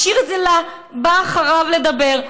השאיר את זה לבא אחריו לדבר.